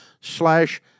slash